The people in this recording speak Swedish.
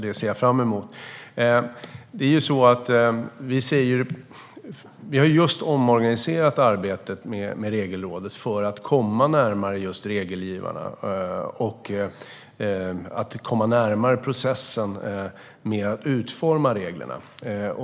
Jag ser fram emot en sådan debatt. Vi har just omorganiserat arbetet med Regelrådet för att komma närmare regelgivarna och komma närmare processen med att utforma reglerna.